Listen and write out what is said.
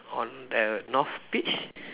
on the North Beach